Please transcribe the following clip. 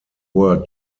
were